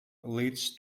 leads